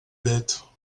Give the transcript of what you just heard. bête